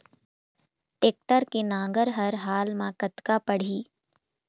Tractor के नांगर हर हाल मा कतका पड़िही?